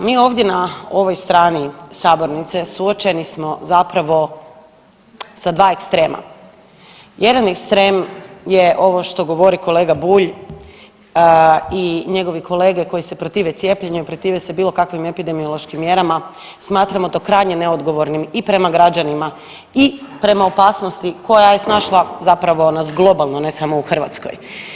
A mi ovdje na ovoj strani sabornice suočeni smo zapravo sa dva ekstrema, jedan ekstrem je ovo što govori kolega Bulj i njegovi kolege koji se protive cijepljenju i protive se bilo kakvim epidemiološkim mjerama smatramo to krajnje neodgovornim i prema građanima i prema opasnosti koja je snašla zapravo nas globalno, ne samo u Hrvatskoj.